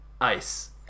ice